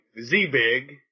Z-Big